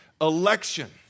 Election